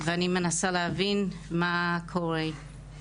ואני מנסה להבין מה קורה?